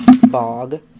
Bog